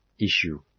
issue